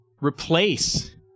replace